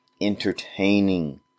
entertaining